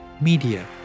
media